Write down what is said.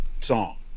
song